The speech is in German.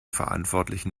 verantwortlichen